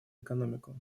экономику